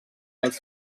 dels